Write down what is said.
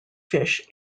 fish